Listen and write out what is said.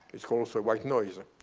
it's called so white noise,